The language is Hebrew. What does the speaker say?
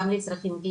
גם לצרכים ..